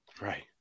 Right